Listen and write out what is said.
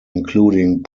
including